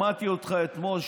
שמעתי אותך אתמול,